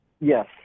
Yes